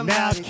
Now